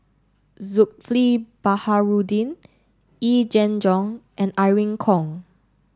Zulkifli Baharudin Yee Jenn Jong and Irene Khong